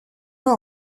leur